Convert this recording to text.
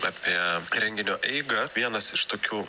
apie renginio eigą vienas iš tokių